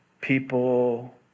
people